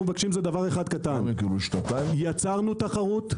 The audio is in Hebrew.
מבקשים זה דבר אחד קטן יצרנו תחרות.